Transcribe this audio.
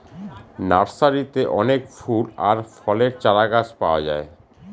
নার্সারিতে অনেক ফুল আর ফলের চারাগাছ পাওয়া যায়